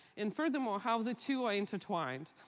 and furthermore, how the two are intertwined.